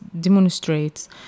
demonstrates